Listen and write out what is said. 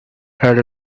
had